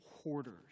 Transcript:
Hoarders